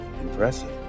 Impressive